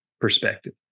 perspective